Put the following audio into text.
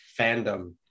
fandom